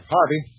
Harvey